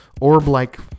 orb-like